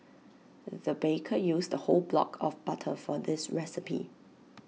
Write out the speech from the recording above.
the baker used A whole block of butter for this recipe